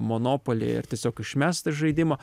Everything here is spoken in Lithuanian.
monopoly ar tiesiog išmest iš žaidimo